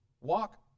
Walk